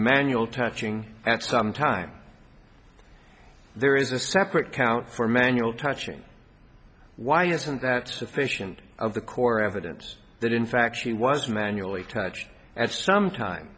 manual touching at some time there is a separate count for manual touching why isn't that sufficient of the core evidence that in fact she was manually touched at some time